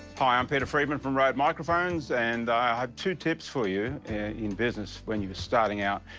hi, i'm peter freedman from rode microphones and i have two tips for you in business when you're starting out,